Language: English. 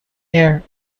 air